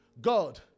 god